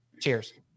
Cheers